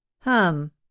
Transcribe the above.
Hum